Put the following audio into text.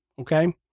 okay